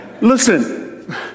Listen